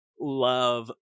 love